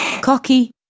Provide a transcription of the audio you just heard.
cocky